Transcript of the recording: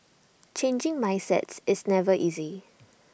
changing mindsets is never easy